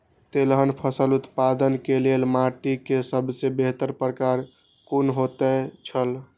तेलहन फसल उत्पादन के लेल माटी के सबसे बेहतर प्रकार कुन होएत छल?